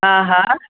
हा हा